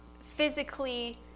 physically